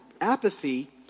apathy